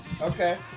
Okay